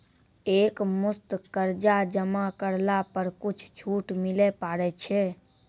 एक मुस्त कर्जा जमा करला पर कुछ छुट मिले पारे छै?